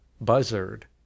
buzzard